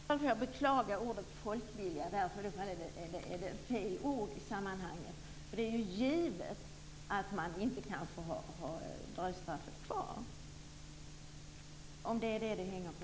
Fru talman! Jag beklagar ordet folkvilja. Det är fel ord i sammanhanget. Det är givet att man inte kan få ha dödsstraffet kvar. Är det detta det hänger på?